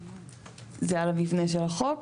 זה על המבנה של החוק.